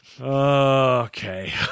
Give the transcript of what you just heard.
Okay